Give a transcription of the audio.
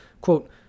quote